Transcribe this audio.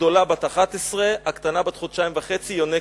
הגדולה בת 11, הקטנה בת חודשיים וחצי, יונקת.